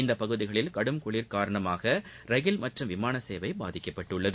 இப்பகுதிகளில் கடும் குளிர் காரணமாக ரயில் மற்றும் விமான சேவை பாதிக்கப்பட்டுள்ளது